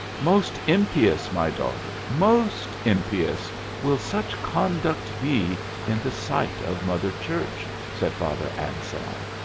most impious, my daughter, most impious will such conduct be in the sight of mother church, said father anselm.